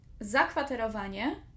Zakwaterowanie